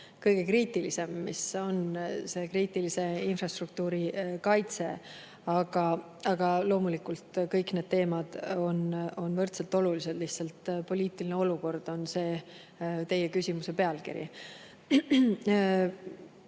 kõige kriitilisem, mis on see kriitilise infrastruktuuri kaitse. Aga loomulikult, kõik need teemad on võrdselt olulised, lihtsalt teie küsimuse pealkiri